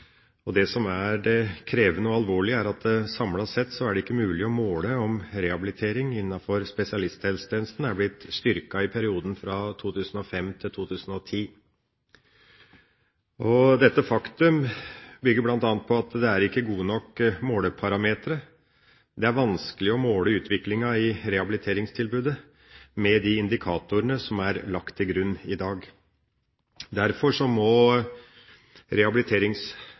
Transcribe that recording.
og alvorlige, er at det samlet sett ikke er mulig å måle om rehabilitering innenfor spesialisthelsetjenesten har blitt styrket i perioden 2005–2010. Dette faktum bygger bl.a. på at det ikke er gode nok måleparametre. Det er vanskelig å måle utviklinga i rehabiliteringstilbudet med de indikatorene som er lagt til grunn i dag. Derfor må